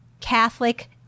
Catholic